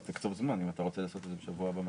תקצוב זמן אם אתה רוצה לעשות את זה מתישהו בשבוע הבא.